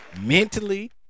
Mentally